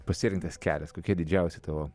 pasirinktas kelias kokie didžiausi tavo